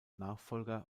nachfolger